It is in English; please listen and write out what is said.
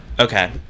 Okay